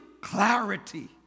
clarity